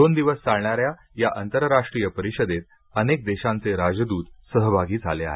दोन दिवस चालणाऱ्या या आंतरराष्ट्रीय परिषदेत अनेक देशांचे राजदूत सहभागी झाले आहेत